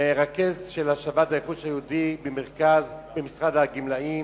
מרכז השבת הרכוש היהודי במשרד הגמלאים,